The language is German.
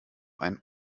einen